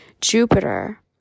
Jupiter